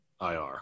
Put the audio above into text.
IR